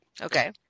Okay